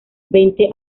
veinte